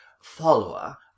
follower